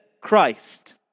Christ